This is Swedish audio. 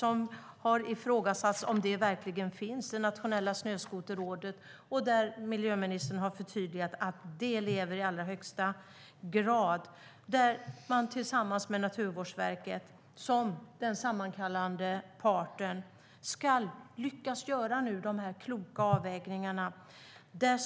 Det har ifrågasatts om det rådet verkligen finns, men miljöministern har förtydligat att det lever i allra högsta grad. Där ska man nu tillsammans med Naturvårdsverket som den sammankallande parten lyckas göra kloka avvägningar.